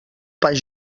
pas